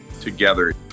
together